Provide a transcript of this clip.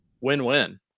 Win-win